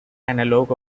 analog